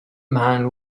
man